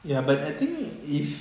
ya but I think if